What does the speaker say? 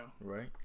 Right